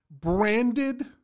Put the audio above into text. branded